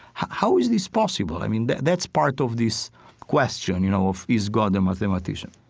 how, how is this possible? i mean, that's part of this question, you know, of is god a mathematician?